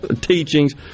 teachings